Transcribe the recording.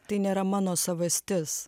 tai nėra mano savastis